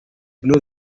know